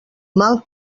mal